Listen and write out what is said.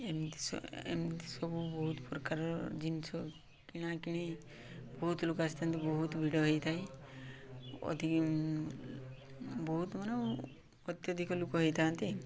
ଏମିତି ଏମିତି ସବୁ ବହୁତ ପ୍ରକାରର ଜିନିଷ କିଣାକିଣି ବହୁତ ଲୋକ ଆସିଥାନ୍ତି ବହୁତ ଭିଡ଼ ହୋଇଥାଏ ଅଧିକ ବହୁତ ମାନେ ଅତ୍ୟଧିକ ଲୋକ ହେଇଥାନ୍ତି